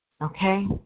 okay